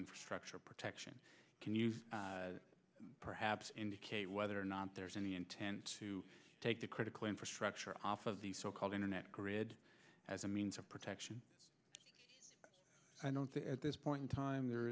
infrastructure protection can you perhaps indicate whether or not there's any intent to take the critical infrastructure off of the so called internet grid as a means of protection i don't think at this point in time there